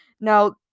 Now